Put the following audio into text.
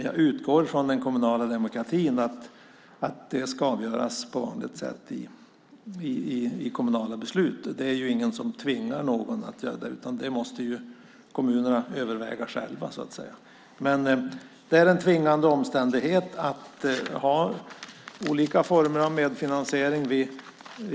Jag utgår ifrån att det med den kommunala demokratin ska avgöras med kommunala beslut. Ingen tvingar någon till detta. Kommunerna måste överväga detta själva. Det är en tvingande omständighet att ha olika former av medfinansiering.